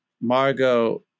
Margot